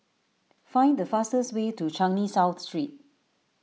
find the fastest way to Changi South Street